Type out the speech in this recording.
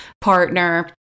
partner